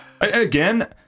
Again